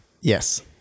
Yes